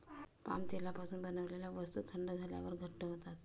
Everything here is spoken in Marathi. पाम तेलापासून बनवलेल्या वस्तू थंड झाल्यावर घट्ट होतात